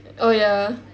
oh ya